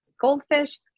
goldfish